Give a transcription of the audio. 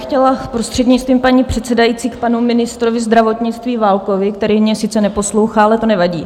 Chtěla bych prostřednictvím paní předsedající k panu ministrovi zdravotnictví Válkovi, který mě sice neposlouchá, ale to nevadí.